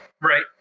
Right